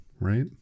right